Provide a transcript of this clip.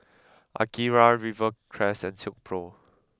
Akira Rivercrest and Silkpro